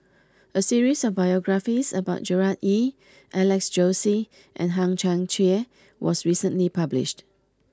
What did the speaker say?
a series of biographies about Gerard Ee Alex Josey and Hang Chang Chieh was recently published